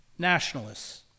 Nationalists